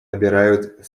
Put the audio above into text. обирают